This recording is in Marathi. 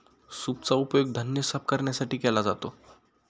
सूपचा उपयोग धान्य साफ करण्यासाठी केला जातो